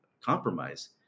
compromise